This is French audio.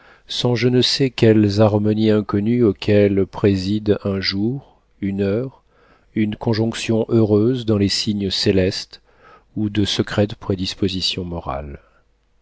sans je ne sais quelles harmonies inconnues auxquelles président un jour une heure une conjonction heureuse dans les signes célestes ou de secrètes prédispositions morales